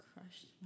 crushed